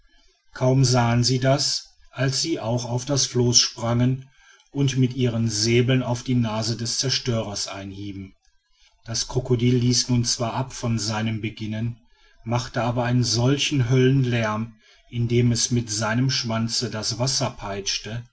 kaum sahen sie das als sie auch auf das floß sprangen und mit ihren säbeln auf die nase des zerstörers einhieben das krokodil ließ nun zwar ab von seinem beginnen machte aber einen solchen höllenlärm indem es mit seinem schwanze das wasser peitschte